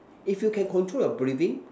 if you can control your breathing